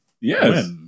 yes